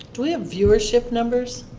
do we have viewership numbers,